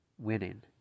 Winning